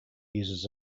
uses